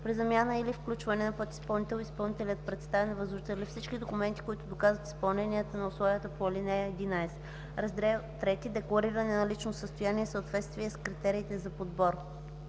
При замяна или включване на подизпълнител изпълнителят представя на възложителя всички документи, които доказват изпълнението на условията по ал. 11.” „Раздел III – Деклариране на лично състояние и съответствие с критериите за подбор.”